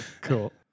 Cool